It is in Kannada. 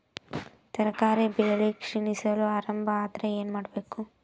ತರಕಾರಿ ಬೆಳಿ ಕ್ಷೀಣಿಸಲು ಆರಂಭ ಆದ್ರ ಏನ ಮಾಡಬೇಕು?